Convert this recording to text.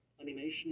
animation